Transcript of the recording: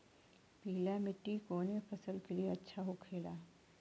पीला मिट्टी कोने फसल के लिए अच्छा होखे ला?